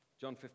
John